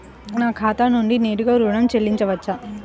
నా ఖాతా నుండి నేరుగా ఋణం చెల్లించవచ్చా?